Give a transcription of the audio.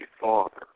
father